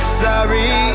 sorry